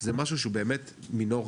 זה משהו שהוא באמת מינורי.